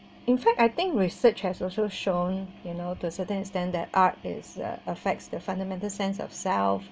in fact I think research has also shown you know to a certain extent that art is uh affects the fundamental sense of self